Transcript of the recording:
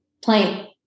Plain